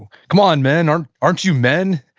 on, men! aren't aren't you men?